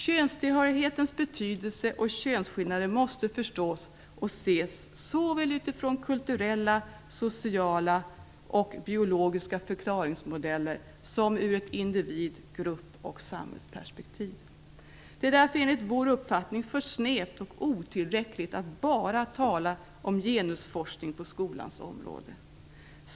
Könstillhörighetens betydelse och könsskillnader måste förstås och ses såväl utifrån kulturella, sociala och biologiska förklaringsmodeller som ur ett individ , grupp och samhällsperspektiv. Det är därför enligt vår uppfattning för snävt och otillräckligt att bara tala om genusforskning på skolans område.